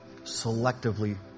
selectively